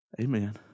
Amen